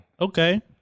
Okay